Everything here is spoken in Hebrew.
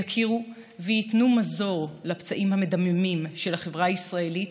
יכירו וייתנו מזור לפצעים המדממים של החברה הישראלית